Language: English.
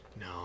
no